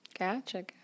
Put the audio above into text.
Gotcha